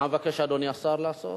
מה מבקש אדוני השר לעשות?